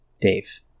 Dave